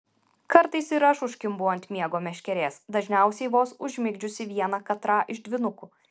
kartais ir aš užkimbu ant miego meškerės dažniausiai vos užmigdžiusi vieną katrą iš dvynukų